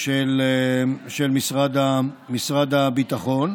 של משרד הביטחון.